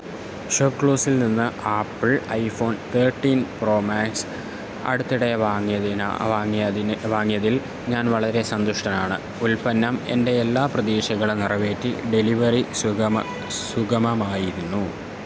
shop ക്ലൂസ്ൽ നിന്ന് Apple iPhone thirteen pro max അടുത്തിടെ വാങ്ങിയതിന് വാങ്ങിയതിന് വാങ്ങിയതിൽ ഞാൻ വളരെ സന്തുഷ്ടനാണ് ഉൽപ്പന്നം എൻ്റെ എല്ലാ പ്രതീക്ഷകളും നിറവേറ്റി ഡെലിവറി സുഗമം സുഗമമായിരുന്നു